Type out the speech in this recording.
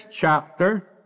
chapter